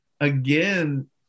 Again